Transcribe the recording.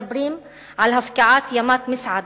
מדברים על הפקעת ימת מסעדה,